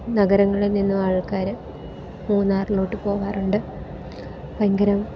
നഗരങ്ങളിൽ നിന്ന് ആൾക്കാർ മൂന്നാറിലോട്ട് പോവാറുണ്ട് ഭയങ്കരം